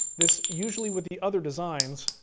this usually, with the other designs,